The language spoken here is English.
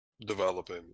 developing